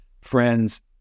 friends